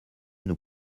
nous